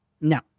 No